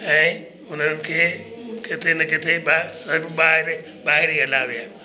ऐं उन्हनि खे किथे न किथे ॿ ॿाहिरि ॿाहिरि ई हला विया